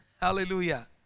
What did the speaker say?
Hallelujah